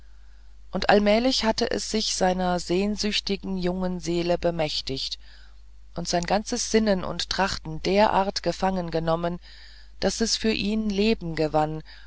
und allmählich hatte es sich seiner sehnsüchtigen jungen seele bemächtigt und sein ganzes sinnen und trachten derart gefangengenommen daß es für ihn leben gewann